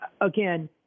again